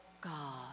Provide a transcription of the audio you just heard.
God